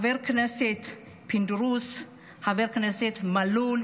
חבר הכנסת פינדרוס וחבר הכנסת מלול,